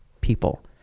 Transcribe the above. people